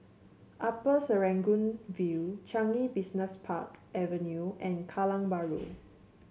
Upper Serangoon View Changi Business Park Avenue and Kallang Bahru